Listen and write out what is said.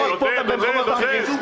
לא רק פה, גם במקומות אחרים.